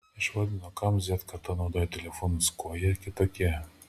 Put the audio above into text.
išvardino kam z karta naudoja telefonus kuo jie kitokie